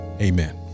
Amen